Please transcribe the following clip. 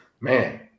man